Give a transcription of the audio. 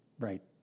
Right